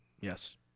yes